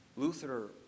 Luther